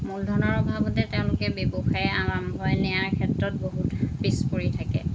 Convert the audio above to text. মূলধনৰ অভাৱতেই তেওঁলোকে ব্যৱসায় আৰম্ভ নিয়াৰ ক্ষেত্ৰত বহুত পিছপৰি থাকে